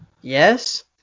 yes